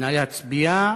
נא להצביע.